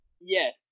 Yes